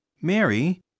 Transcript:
Mary